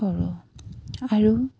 কৰোঁ আৰু